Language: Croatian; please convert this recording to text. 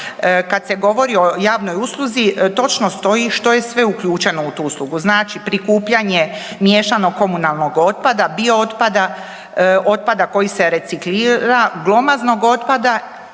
kad se govori o javnoj usluzi točno stoji što je sve uključeno u tu uslugu. Znači prikupljanje miješanog komunalnog otpada, biootpada, otpada koji se reciklira, glomaznog otpada